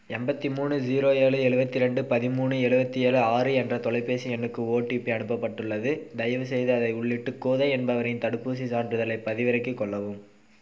எண்பத்தி மூணு ஜீரோ ஏழு எழுவத்தி ரெண்டு பதிமூணு எழுவத்தி ஏழு ஆறு என்ற தொலைபேசி எண்ணுக்கு ஓடிபி அனுப்பப்பட்டுள்ளது தயவுசெய்து அதை உள்ளிட்டு கோதை என்பவரின் தடுப்பூசி சான்றிதழைப் பதிவிறக்கிக் கொள்ளவும்